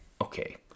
okay